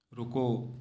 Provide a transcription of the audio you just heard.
रुको